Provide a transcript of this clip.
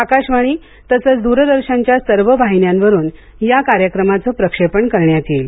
आकाशवाणी तसंच द्रदर्शनच्या सर्व वाहिन्यांवरून या कार्यक्रमाचं प्रक्षेपण करण्यात येईल